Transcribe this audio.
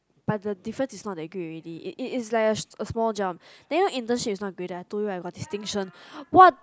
but the difference is not that great already it is like a a small jump then you know internship is graded I told you I got distinction what